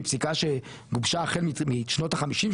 היא פסיקה שגובשה החל משנות ה- 50,